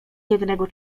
jednego